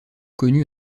connu